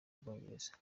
bwongereza